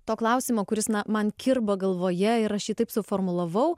tuo klausimu kuris na man kirba galvoje ir aš jį taip suformulavau